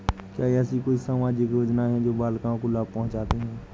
क्या ऐसी कोई सामाजिक योजनाएँ हैं जो बालिकाओं को लाभ पहुँचाती हैं?